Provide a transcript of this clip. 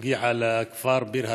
הגיעו לכפר ביר הדאג'